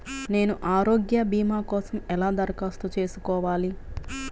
నేను ఆరోగ్య భీమా కోసం ఎలా దరఖాస్తు చేసుకోవాలి?